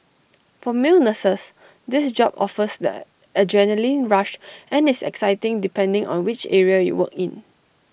for male nurses this job offers that adrenalin rush and is exciting depending on which area you work in